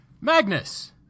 Magnus